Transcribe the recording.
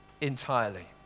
entirely